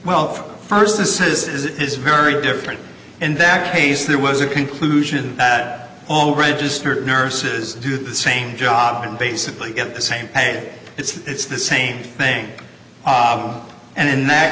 well first the says it is very different in that case there was a conclusion that all registered nurses do the same job and basically get the same pay it's the same thing and in that